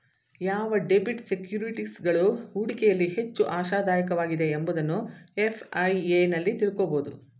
ಯಾವ ಡೆಬಿಟ್ ಸೆಕ್ಯೂರಿಟೀಸ್ಗಳು ಹೂಡಿಕೆಯಲ್ಲಿ ಹೆಚ್ಚು ಆಶಾದಾಯಕವಾಗಿದೆ ಎಂಬುದನ್ನು ಎಫ್.ಐ.ಎ ನಲ್ಲಿ ತಿಳಕೋಬೋದು